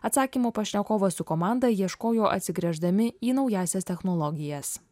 atsakymo pašnekovas su komanda ieškojo atsigręždami į naująsias technologijas